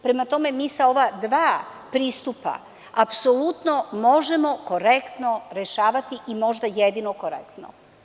Prema tome, mi sa ova dva pristupa apsolutno možemo korektno rešavati i možda jedino korektno.